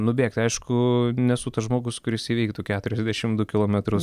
nubėgt aišku nesu tas žmogus kuris įveiktų keturiasdešim du kilometrus